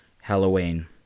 Halloween